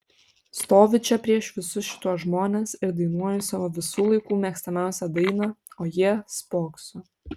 stoviu čia prieš visus šituos žmones ir dainuoju savo visų laikų mėgstamiausią dainą o jie spokso